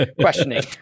Questioning